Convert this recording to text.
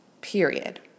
period